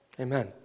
Amen